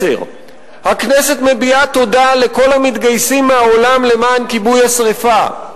10. הכנסת מביעה תודה לכל המתגייסים מהעולם למען כיבוי השרפה.